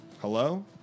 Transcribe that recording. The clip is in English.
Hello